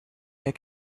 herr